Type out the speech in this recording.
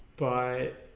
by